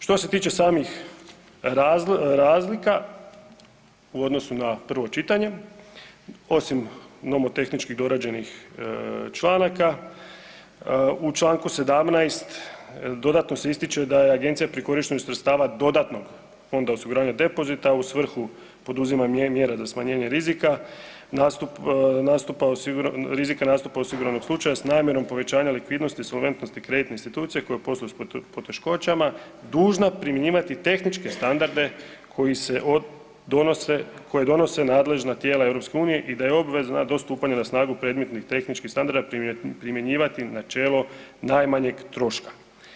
Što se tiče samih razlika u odnosu na prvo čitanje, osim nomotehničkih dorađenih članaka u čl. 17. dodatno se ističe da je agencija pri korištenju sredstava dodatnog Fonda osiguranja depozita u svrhu poduzimanja mjera za smanjenje rizika nastup, nastupa, rizika nastupa osiguranog slučaja s namjerom povećanja likvidnosti i solventnosti kreditne institucije koja posluje s poteškoćama dužna primjenjivati tehničke standarde koji se donose, koje donose nadležna tijela EU i da je obvezna do stupanja na snagu predmetnih tehničkih standarda primjenjivati načelo najmanjeg troška.